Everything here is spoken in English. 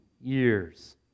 years